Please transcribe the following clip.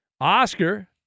Oscar